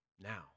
now